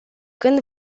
când